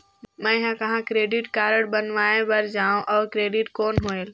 मैं ह कहाँ क्रेडिट कारड बनवाय बार जाओ? और क्रेडिट कौन होएल??